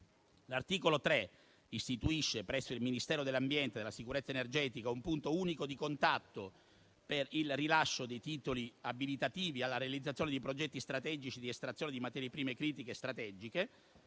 L'articolo 3 istituisce, presso il Ministero dell'ambiente e della sicurezza energetica, un punto unico di contatto per il rilascio dei titoli abilitativi alla realizzazione di progetti strategici di estrazione di materie prime critiche strategiche.